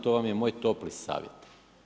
To vam je moj topli savjet.